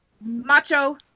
Macho